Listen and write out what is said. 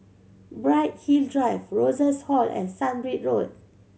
Bright Hill Drive Rosas Hall and Sunbird Road